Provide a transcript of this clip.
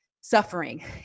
suffering